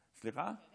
אתה יודע